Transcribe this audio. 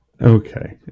Okay